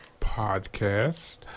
podcast